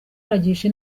aragisha